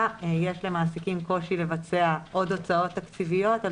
יש למעסיקים קושי לבצע עוד הוצאות תקציביות על